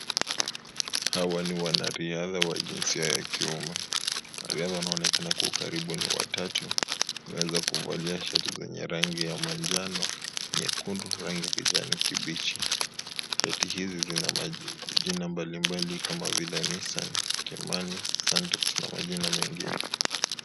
Hawa ni wanariadha wa jinsia ya kiume , wanariadha wanaoonekana kwa karibu ni watatu wameweza kuvalia shati zenye rangi ya manjano , nyekundu na rangi ya kijani kibichi . Heti hizi zina majina mbalimbali kama Nissaan , Kimani , Santos na majina mengine.